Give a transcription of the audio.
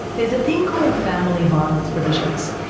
there's a thing called family violence provisions,